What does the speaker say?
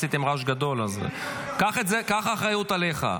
עשיתם רעש גדול --- אני לוקח אחריות --- קח אחריות עליך,